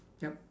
yup